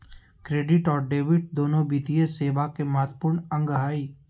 credit और debit दोनो वित्तीय सेवा के महत्त्वपूर्ण अंग हय